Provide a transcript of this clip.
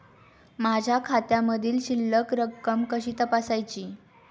माझ्या खात्यामधील शिल्लक रक्कम कशी तपासायची?